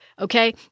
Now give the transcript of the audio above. okay